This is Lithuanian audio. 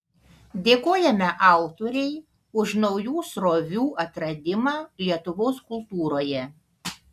dėkojame autorei už naujų srovių atradimą lietuvos kultūroje